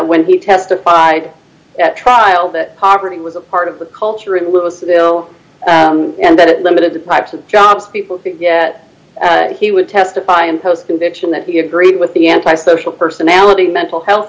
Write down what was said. when he testified at trial that poverty was a part of the culture it was still and that it limited the types of jobs people forget that he would testify and post conviction that he agreed with the anti social personality mental health